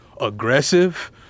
aggressive